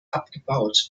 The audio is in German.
abgebaut